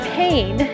pain